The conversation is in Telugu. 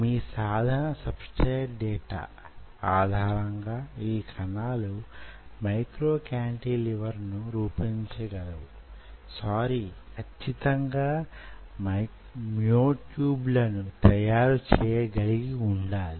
మీ సాధారణ సబ్స్ట్రాట్ డేటా ఆధారంగా ఆ కణాలు మైక్రో కాంటిలివర్ ను రూపొందించగలవు సారీ కచ్చితంగా మ్యో ట్యూబ్ లను తయారు చేయగలిగి వుండాలి